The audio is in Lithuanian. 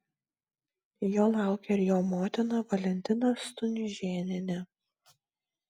jo laukia ir jo motina valentina stunžėnienė